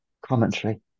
commentary